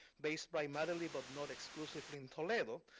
based primarily but not exclusively in toledo,